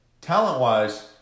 talent-wise